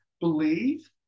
believe